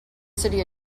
city